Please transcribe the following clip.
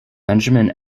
benjamin